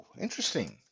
interesting